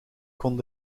kon